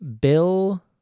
Bill